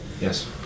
Yes